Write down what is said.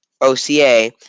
OCA